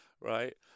right